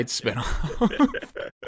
spinoff